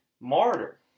martyr